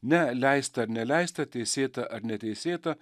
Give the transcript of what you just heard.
ne leista ar neleista teisėta ar neteisėta